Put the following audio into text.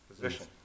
position